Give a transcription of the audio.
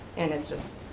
and it's just,